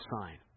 sign